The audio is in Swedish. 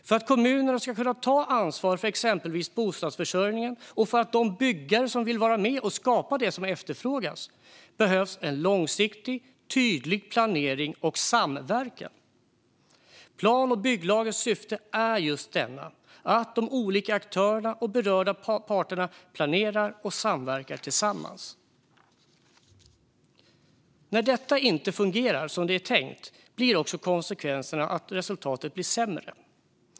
För att kommunerna ska kunna ta ansvar för exempelvis bostadsförsörjningen och för de byggare som vill vara med och skapa det som efterfrågas behövs en långsiktig och tydlig planering och samverkan. Plan och bygglagens syfte är just att de olika aktörerna och berörda parterna planerar och samverkar tillsammans. När detta inte fungerar som det är tänkt blir också konsekvenserna att resultatet blir sämre.